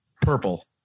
Purple